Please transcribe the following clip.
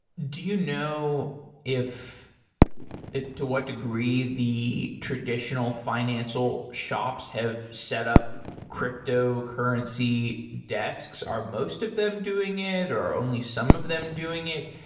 do you know if to what degree the traditional financial shops have set up cryptocurrency desks? are most of them doing it, or are only some of them doing it?